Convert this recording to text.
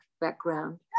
background